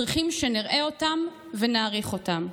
צריכים שנראה אותם ונעריך אותם.